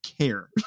care